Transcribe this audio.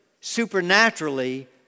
supernaturally